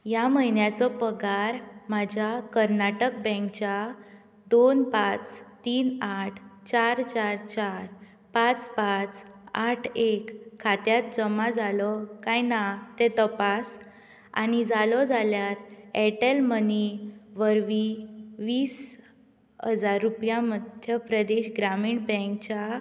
ह्या म्हयन्याचो पगार म्हज्या कर्नाटक बँकेच्या दोन पांच तीन आठ चार चार चार पांच पांच आठ एक खात्यात जमा जालो काय ना तें तपास आनी जालो जाल्यार एअरटेल मनी वरवी वीस हजार रुपया मध्य प्रदेश ग्रामीण बँकेच्या